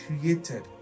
created